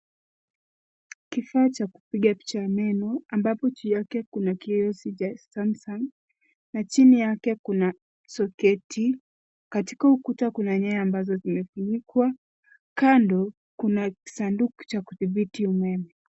Kifaa cha kupiga picha meno ambapo juu yake kuna kiyoyozi cha Samsung na chini yake kuna soketi. Katika ukuta kuna nyaya ambazo zimefunikwa. Kando kuna sanduku cha kudhibiti umeme.